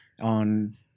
on